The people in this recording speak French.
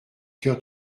cœur